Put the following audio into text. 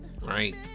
right